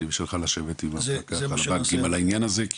ושלך לשבת עם המפקח על הבנקים העניין הזה,